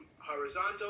horizontal